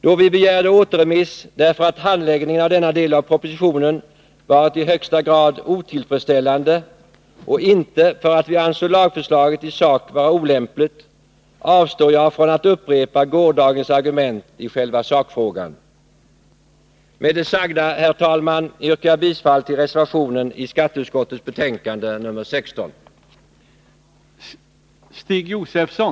Då vi begärde återremiss därför att handläggningen av denna del av propositionen varit i högsta grad otillfredsställande och inte för att vi ansåg lagförslaget i sak vara olämpligt, avstår jag från att upprepa gårdagens argument i själva sakfrågan. Med det sagda, herr talman, yrkar jag bifall till reservationen vid skatteutskottets betänkande nr 16.